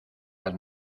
las